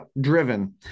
driven